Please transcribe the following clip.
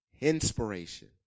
inspiration